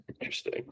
Interesting